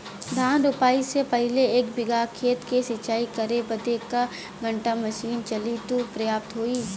धान रोपाई से पहिले एक बिघा खेत के सिंचाई करे बदे क घंटा मशीन चली तू पर्याप्त होई?